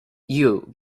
you